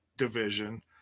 division